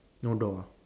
no door ah